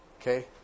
Okay